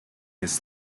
his